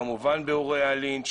כמובן באירועי הלינץ',